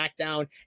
SmackDown